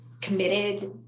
committed